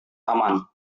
taman